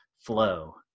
flow